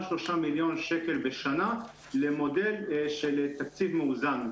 3,000,000 ₪ בשנה למודל של תקציב מאוזן.